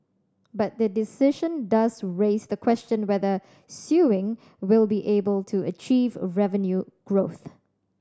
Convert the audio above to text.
but the decision does raise the question whether Sewing will be able to achieve revenue growth